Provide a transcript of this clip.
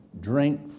drink